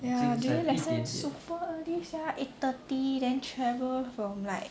ya today lesson super early sia eight thirty then travel from like